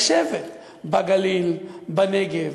לשבת בגליל, בנגב,